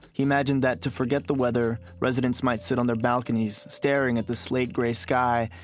he imagined that to forget the weather, residents might sit on their balconies, staring at the slate grey sky,